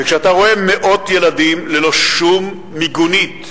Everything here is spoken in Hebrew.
כשאתה רואה מאות ילדים ללא שום מיגונית,